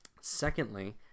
secondly